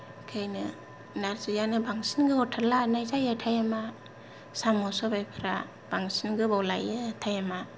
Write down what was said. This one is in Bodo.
ओंखायनो नारजियानो बांसिन गोबावथार लानाय जायो आरो टाइमा साम' सबायफ्रा बांसिन गोबाव लायो टाइमा